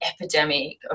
epidemic